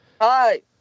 hi